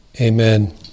Amen